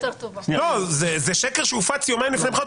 לא, זה שקר שהופץ יומיים לפני הבחירות.